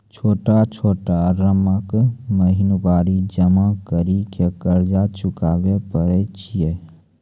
छोटा छोटा रकम महीनवारी जमा करि के कर्जा चुकाबै परए छियै?